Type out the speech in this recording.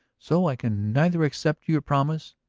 so i can neither accept your promise.